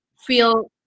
feel